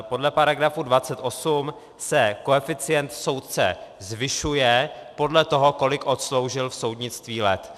Podle § 28 se koeficient soudce zvyšuje podle toho, kolik odsloužil v soudnictví let.